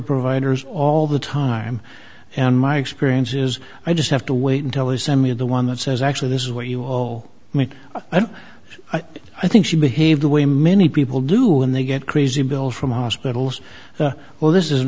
providers all the time and my experience is i just have to wait until he sent me the one that says actually this is what you call me and i think she behaved the way many people do when they get crazy bills from hospitals well this is